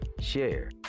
share